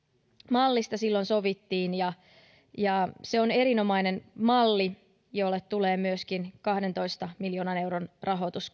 mallista silloin sovittiin ja ja se on erinomainen malli jolle tulee myöskin kahdentoista miljoonan euron rahoitus